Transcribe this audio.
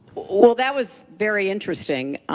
well, that was very interesting.